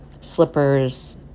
slippers